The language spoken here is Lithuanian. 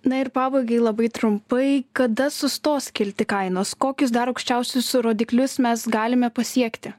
na ir pabaigai labai trumpai kada sustos kilti kainos kokius dar aukščiausius rodiklius mes galime pasiekti